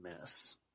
miss